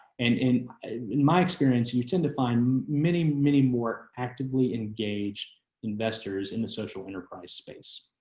and in in my experience, you tend to find many, many more actively engaged investors in the social enterprise space.